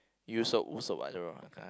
Usopp Usopp I don't know